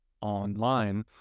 online